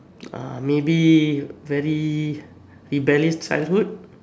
uh maybe very rebellious childhood